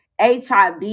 HIV